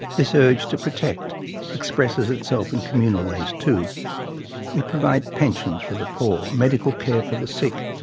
this urge to protect expresses itself in communal ways, too we provide pensions for the poor, medical care for the sick,